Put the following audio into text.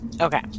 Okay